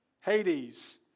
Hades